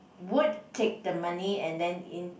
would take the money and then in